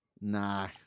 Nah